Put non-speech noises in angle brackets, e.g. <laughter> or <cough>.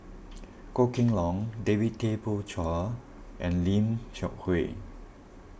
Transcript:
<noise> Goh Kheng <noise> Long David Tay Poey Cher and Lim Seok Hui